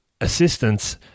assistance